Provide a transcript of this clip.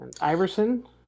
Iverson